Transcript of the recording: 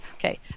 Okay